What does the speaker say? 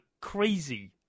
crazy